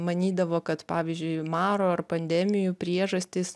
manydavo kad pavyzdžiui maro ar pandemijų priežastys